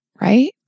right